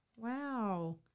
Wow